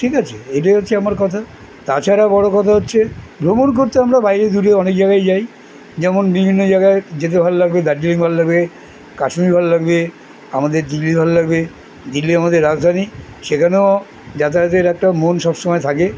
ঠিক আছে এটাই হচ্ছে আমার কথা তাছাড়াও বড় কথা হচ্ছে ভ্রমণ করতে আমরা বাইরে দূরে অনেক জায়গায় যাই যেমন বিভিন্ন জায়গায় যেতে ভাল্লাগবে দার্জিলিং ভাল্লাগবে কাশ্মীর ভাল্লাগবে আমাদের দিল্লি ভাল্লাগবে দিল্লি আমাদের রাজধানী সেখানেও যাতায়াতের একটা মন সবসময় থাকে